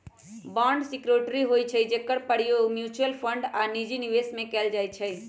bond security होइ छइ जेकर प्रयोग म्यूच्यूअल फंड आऽ निजी निवेश में कएल जाइ छइ